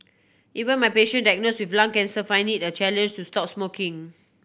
even my patient diagnose with lung cancer find it a challenge to stop smoking